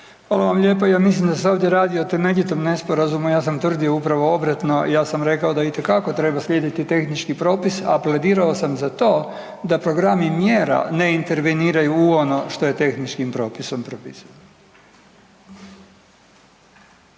Hvala vam lijepo. Ja mislim da se ovdje radi o .../Govornik se ne razumije./... nesporazumu, ja sam tvrdio upravo obratno, ja sam rekao da je itekako treba slijediti tehnički propis, .../Govornik se ne razumije./... za to da programi mjera ne interveniraju u ono što je tehničkim propisom